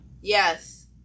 Yes